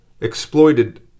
exploited